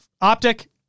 optic